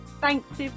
thanks